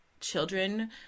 children